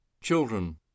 children